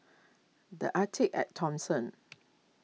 the Arte at Thomson